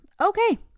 okay